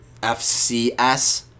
FCS